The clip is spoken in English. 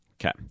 Okay